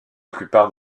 plupart